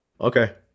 okay